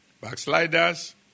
Backsliders